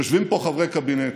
יושבים פה חברי קבינט.